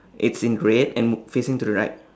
it's in red and m~ facing to the right